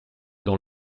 dans